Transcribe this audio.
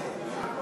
תודה,